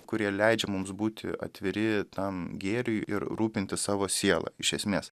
kurie leidžia mums būti atviri tam gėriui ir rūpintis savo siela iš esmės